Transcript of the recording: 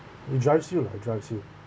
it drives you lah it drives you